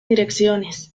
direcciones